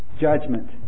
judgment